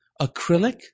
acrylic